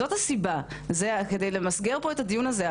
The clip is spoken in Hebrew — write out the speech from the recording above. זאת הסיבה, כדי למסגר את הדיון הזה.